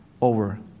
Over